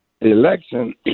election